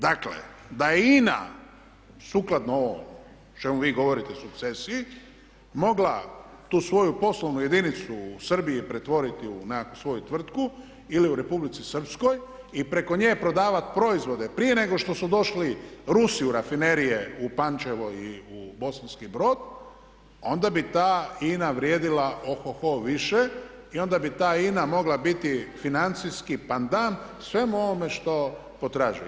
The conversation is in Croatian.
Dakle, da je INA sukladno ovome o čemu vi govorite, o sukcesiji, mogla tu svoju poslovnu jedincu u Srbiji pretvoriti u nekakvu svoju tvrtku ili u Republici Srpskoj i preko nje prodavati proizvode prije nego što su došli Rusi u rafinerije u Pančevoj i u Bosanski Brod onda bi ta INA vrijedila oho ho više i onda bi ta INA mogla biti financijski pandom svemu ovome što potražuje.